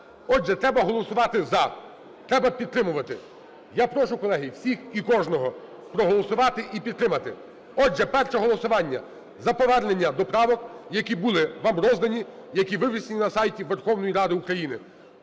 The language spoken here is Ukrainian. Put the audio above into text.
Отже, треба голосувати "за", треба підтримувати. Я прошу, колеги, всіх і кожного проголосувати і підтримати. Отже, перше голосування за повернення до правок, які були вам роздані, які вивішені на сайти Верховної Ради України.